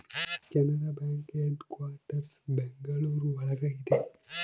Canara bank headquarters Bengaluru ಒಳಗ ಇದೆ